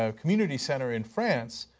ah community center in france,